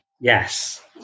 yes